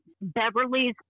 Beverly's